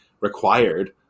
required